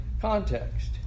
context